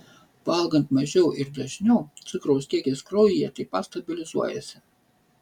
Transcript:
valgant mažiau ir dažniau cukraus kiekis kraujyje taip pat stabilizuojasi